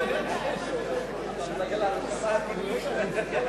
אי-אמון בממשלה לא נתקבלה.